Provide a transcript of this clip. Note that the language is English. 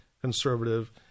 conservative